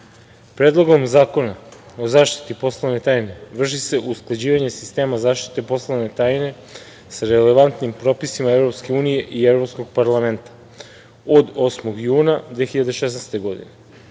Predlogom zakona o zaštiti poslovne tajne vrši se usklađivanje sistema zaštite poslovne tajne sa relevantnim propisima EU i Evropskog parlamenta od 8. juna 2016. godine